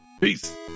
Peace